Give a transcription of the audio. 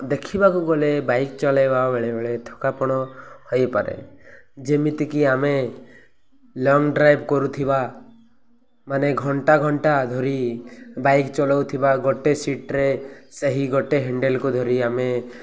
ଦେଖିବାକୁ ଗଲେ ବାଇକ୍ ଚଲାଇବା ବେଳେ ବେଳେ ଥକାପଣ ହୋଇପାରେ ଯେମିତିକି ଆମେ ଲଙ୍ଗ ଡ୍ରାଇଭ୍ କରୁଥିବା ମାନେ ଘଣ୍ଟା ଘଣ୍ଟା ଧରି ବାଇକ୍ ଚଲାଉଥିବା ଗୋଟେ ସିଟ୍ରେ ସେହି ଗୋଟେ ହ୍ୟାଣ୍ଡେଲ୍କୁ ଧରି ଆମେ